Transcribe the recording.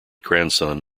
grandson